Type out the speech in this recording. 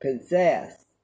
possess